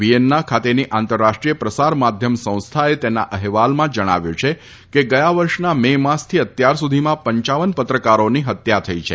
Vienna ખાતેની આંતરરાષ્ટ્રીય પ્રસાર માધ્યમ સંસ્થાએ તેના અહેવાલમાં જણાવ્યું છે કે ગયા વર્ષના મે માસથી અત્યારસુધીમાં પપ પત્રકારોની હત્યા થઇ છે